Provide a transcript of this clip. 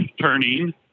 turning